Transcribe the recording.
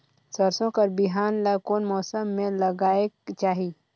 सरसो कर बिहान ला कोन मौसम मे लगायेक चाही?